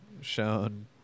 shown